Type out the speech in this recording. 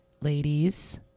ladies